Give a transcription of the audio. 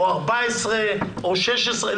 14 או 16,